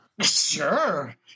Sure